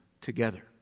together